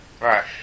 Right